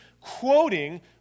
quoting